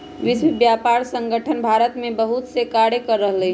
विश्व व्यापार संगठन भारत में बहुतसा कार्य कर रहले है